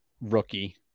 rookie